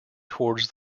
towards